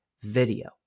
video